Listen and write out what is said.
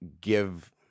give